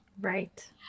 Right